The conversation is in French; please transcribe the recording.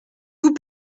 vous